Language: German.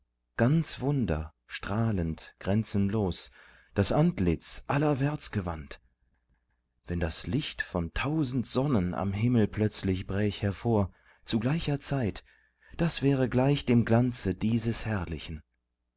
ganz wunder strahlend grenzenlos das antlitz allerwärts gewandt wenn das licht von tausend sonnen am himmel plötzlich bräch hervor zu gleicher zeit das wäre gleich dem glanze dieses herrlichen